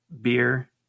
beer